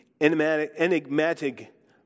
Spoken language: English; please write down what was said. enigmatic